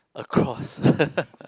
across